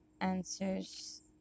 answers